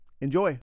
Enjoy